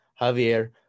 Javier